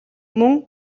мөн